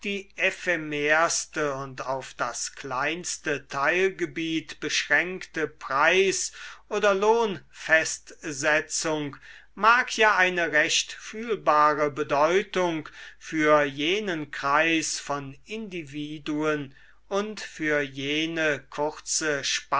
und auf das kleinste teilgebiet beschränkte preisoder lohnfestsetzung mag ja eine recht fühlbare bedeutung für jenen kreis von individuen und für jene kurze